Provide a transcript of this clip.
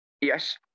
Yes